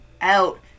out